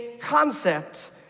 concept